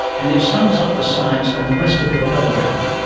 and it sums up the science and the rest of the program,